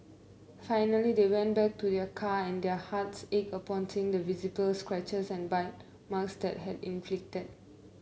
finally they went back to their car and their hearts ached upon seeing the visible scratches and bite marks that had been inflicted